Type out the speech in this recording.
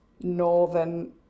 northern